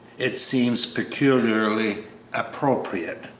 it seemed peculiarly appropriate.